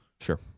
sure